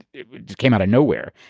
it came out of nowhere.